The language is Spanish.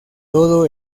todo